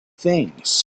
things